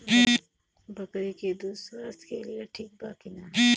बकरी के दूध स्वास्थ्य के लेल ठीक होला कि ना?